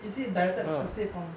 is it directed translate from